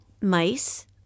mice